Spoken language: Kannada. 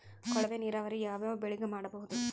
ಕೊಳವೆ ನೀರಾವರಿ ಯಾವ್ ಯಾವ್ ಬೆಳಿಗ ಮಾಡಬಹುದು?